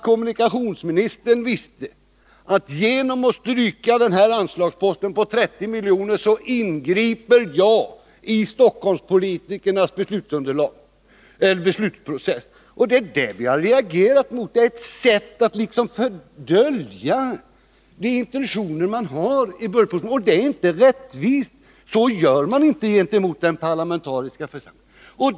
Kommunikationsministern visste ju att han genom att stryka anslagsposten på 30 miljoner ingrep i Stockholmspolitikernas beslutsprocess. Och det är det vi reagerat mot. Detta är ett sätt att dölja de intentioner man har. Det är inte rätt — så gör man inte gentemot den parlamentariska församlingen.